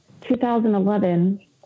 2011